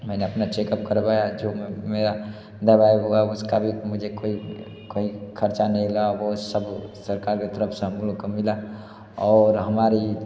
मैंने अपना चेकअप करवाया जो मेरा दवाई हुआ उसका भी मुझे कोई कोई ख़र्च नहीं लगा वो सब सरकार के तरफ़ से हम लोग को मिला और हमारे